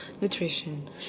nutrition